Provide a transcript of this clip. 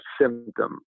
symptom